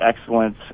excellence